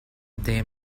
they